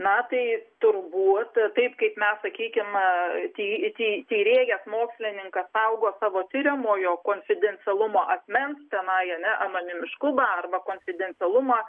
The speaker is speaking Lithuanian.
na tai turbūt taip kaip mes sakykim ty ty tyrėjas mokslininkas saugo savo tiriamojo konfidencialumo asmens tenai ar ne anonimiškumą arba konfidencialumą